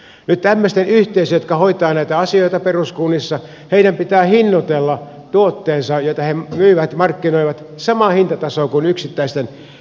nyt tämmöisten yhteisöjen jotka hoitavat näitä asioita peruskunnissa pitää hinnoitella tuotteensa joita he myyvät ja markkinoivat samaan hintatasoon kuin yksittäisten yksityisoikeudellisten osakeyhtiöiden